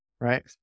right